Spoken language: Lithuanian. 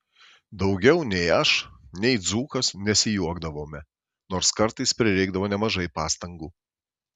daugiau nei aš nei dzūkas nesijuokdavome nors kartais prireikdavo nemažai pastangų